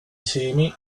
semi